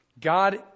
God